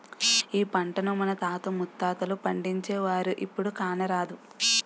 ఈ పంటను మన తాత ముత్తాతలు పండించేవారు, ఇప్పుడు కానరాదు